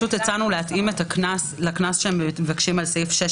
הצענו להתאים את הקנס לקנס שהם מבקשים על סעיף 6,